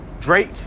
Drake